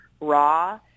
raw